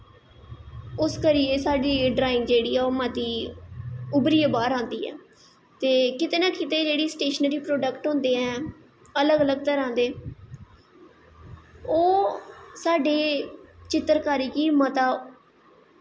उस करियै ड्राईंग जेह्ड़ा औ ओह् मती उब्भरियै बाह्र आंदी ऐ ते किते ना किते जेह्ड़े स्टेशनरी प्रोडक्ट होंदे ऐं अलग अलग तरां दे ओह् साढ़ी चित्तरकारी गी मता